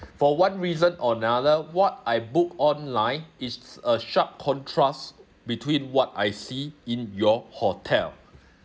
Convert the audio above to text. for one reason or another what I booked online is a sharp contrast between what I see in your hotel